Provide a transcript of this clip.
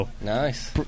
Nice